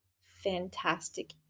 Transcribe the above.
fantastic